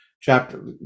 chapter